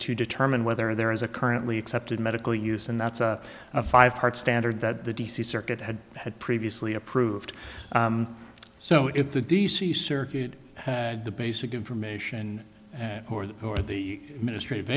to determine whether there is a currently accepted medical use and that's a five part standard that the d c circuit had had previously approved so if the d c circuit had the basic information and or the or the ministry of